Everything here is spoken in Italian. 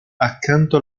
accanto